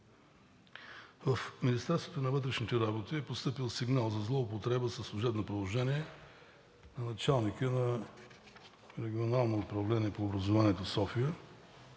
в Министерството на вътрешните работи е постъпил сигнал за злоупотреба със служебно положение на началника на Регионално управление по образованието – София,